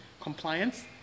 compliance